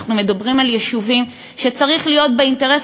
אנחנו מדברים על יישובים שצריך להיות באינטרס